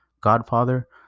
godfather